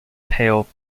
pale